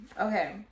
Okay